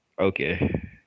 okay